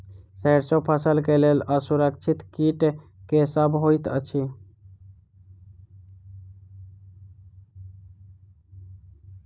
सैरसो फसल केँ लेल असुरक्षित कीट केँ सब होइत अछि?